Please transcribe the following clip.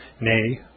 nay